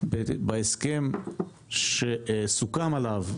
בהסכם שסוכם עליו,